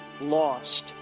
lost